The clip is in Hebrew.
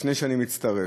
לפני שאני מצטרף,